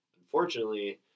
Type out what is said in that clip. Unfortunately